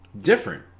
different